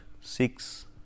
six